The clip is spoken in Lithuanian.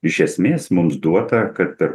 iš esmės mums duota kad per